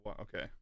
okay